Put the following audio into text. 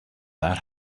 that